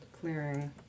clearing